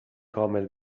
کامل